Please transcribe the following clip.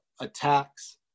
attacks